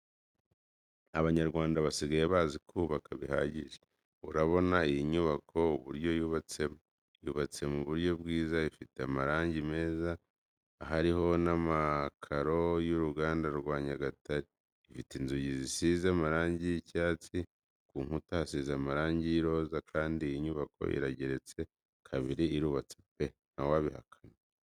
Abanyarwanda basigaye bazi kubaka bihagije. Urabona iyi nyubako uburyo yubatsemo, yubatse mu; buryo bwiza ifite amarangi meza, ahariho n'amakaro y'uruganda rwa Nyagatare, ifite inzugi zisize amarangi y'icyatsi ku nkuta hasize amarangi y'iroza, kandi iyi nyubako irageretse kabiri. Irubatse pe! Ntawabihakana.